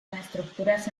estructuras